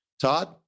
Todd